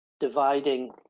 Dividing